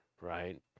right